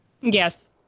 Yes